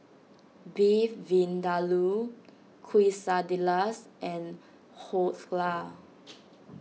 Beef Vindaloo Quesadillas and Dhokla